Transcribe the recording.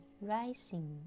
rising